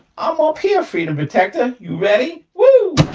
i'm ah up here, freedom protector. you ready? woo!